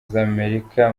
z’amerika